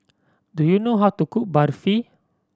do you know how to cook Barfi